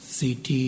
CT